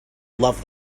love